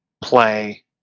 play